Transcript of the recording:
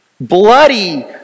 bloody